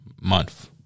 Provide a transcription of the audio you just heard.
month